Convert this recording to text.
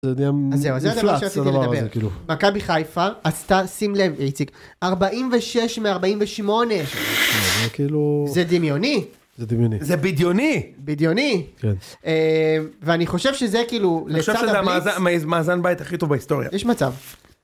מופלא, יחסית לדבר הזה. זהו אז זה מה שרציתי לדבר. מכבי חיפה עשתה - שים לב, איציק - 46 מ48! זה דמיוני! זה דמיוני. זה בדיוני! בדיוני! ואני חושב שזה כאילו... אני חושב שזה המאזן בית הכי טוב בהיסטוריה. יש מצב.